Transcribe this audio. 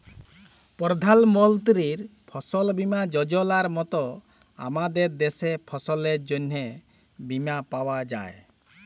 পরধাল মলতির ফসল বীমা যজলার মত আমাদের দ্যাশে ফসলের জ্যনহে বীমা পাউয়া যায়